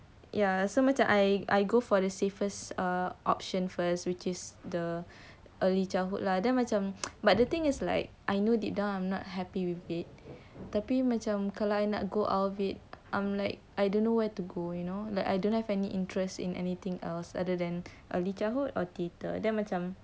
ya so macam I go for the safest uh option first which is the early childhood lah then macam but the thing is like I know deep down I am not happy with it tapi macam kalau I nak go out of it I'm like I don't know where to go you know like I don't have any interest in anything else other than early childhood or theatre then macam